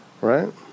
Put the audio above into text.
Right